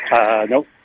Nope